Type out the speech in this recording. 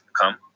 come